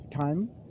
time